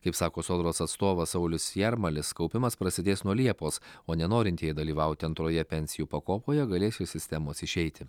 kaip sako sodros atstovas saulius jarmalis kaupimas prasidės nuo liepos o nenorintieji dalyvauti antroje pensijų pakopoje galės iš sistemos išeiti